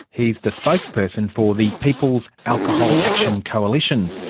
he's the spokesperson for the people's alcohol action coalition.